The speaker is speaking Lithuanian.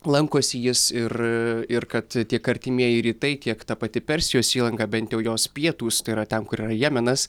lankosi jis ir ir kad tiek artimieji rytai tiek ta pati persijos įlanka bent jau jos pietūs yra ten kur yra jemenas